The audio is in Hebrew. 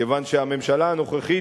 כיוון שהממשלה הנוכחית,